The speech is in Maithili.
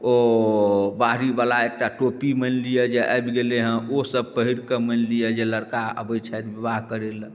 ओ बाहरीवला एकटा टोपी मानि लिऽ जे आबि गेलै हँ ओ सब पहिरकऽ मानि लिऽ जे लड़का आबै छथि बिवाह करै लऽ